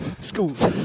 schools